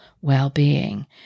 well-being